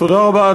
תודה רבה.